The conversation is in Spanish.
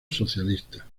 socialista